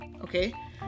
okay